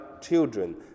children